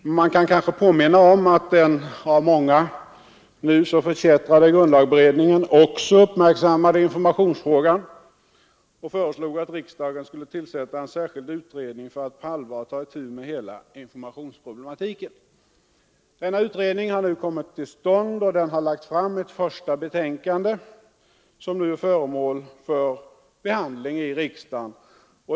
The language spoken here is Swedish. Men man kan kanske påminna om att den av många nu så förkättrade grundlagberedningen också uppmärksammade informationsfrågan och föreslog, att riksdagen skulle tillsätta en särskild utredning för att på allvar ta itu med hela informationsproblematiken. Denna utredning kom till stånd och den har lagt fram ett första betänkande, som nu är föremål för behandling i riksdagen.